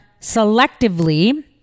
selectively